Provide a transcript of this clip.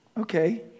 okay